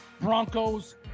Broncos